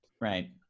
Right